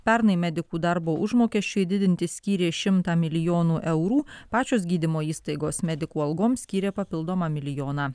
pernai medikų darbo užmokesčiui didinti skyrė šimtą milijonų eurų pačios gydymo įstaigos medikų algoms skyrė papildomą milijoną